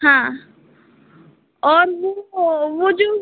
हाँ और वह वह जो